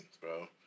bro